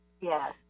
yes